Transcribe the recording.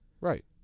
Right